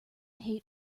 hate